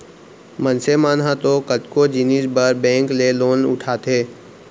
मनसे मन ह तो कतको जिनिस बर बेंक ले लोन उठाथे